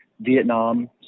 Vietnam